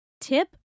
Tip